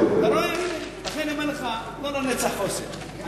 אני אומר לך: לא לנצח חוסן.